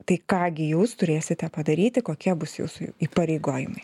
tai ką gi jūs turėsite padaryti kokia bus jūsų įpareigojimai